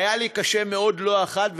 היה לי קשה מאוד, לא אחת.